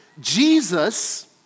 Jesus